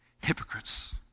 hypocrites